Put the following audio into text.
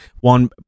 One